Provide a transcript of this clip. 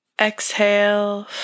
exhale